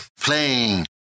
Playing